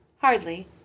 Hardly